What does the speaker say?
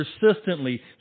persistently